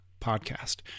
podcast